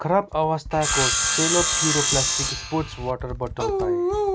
खराब अवस्थाको Cello Puro plastic sports water bottle पाएँ